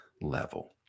level